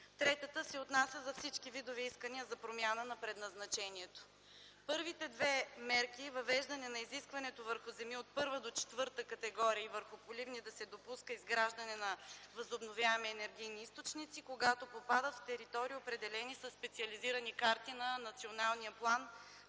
третата се отнася за всички видове искания за промяна на предназначението. Първите две мерки и въвеждане на изискването върху земи от първа до четвърта категория и върху поливни земи да се допуска изграждане на възобновяеми енергийни източници са когато попадат в територии, определени със специализирани карти на Националния план